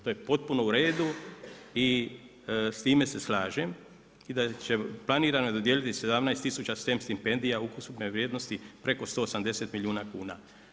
To je potpuno u redu i s time se slažem i da će planirano dodijeliti 17000 stem stipendija ukupne vrijednosti preko 180 milijuna kuna.